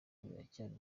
biracyari